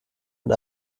mit